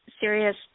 serious